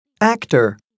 Actor